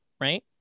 right